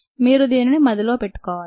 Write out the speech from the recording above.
మీరు దీనిని మదిలో పెట్టుకోవాలి